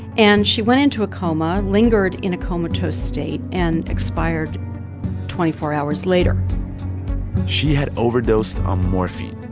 and she went into a coma, lingered in a comatose state and expired twenty four hours later she had overdosed on morphine.